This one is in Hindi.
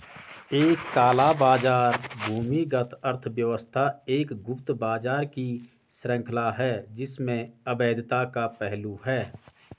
एक काला बाजार भूमिगत अर्थव्यवस्था एक गुप्त बाजार की श्रृंखला है जिसमें अवैधता का पहलू है